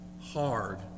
hard